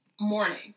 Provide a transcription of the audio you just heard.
morning